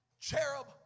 cherub